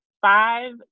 five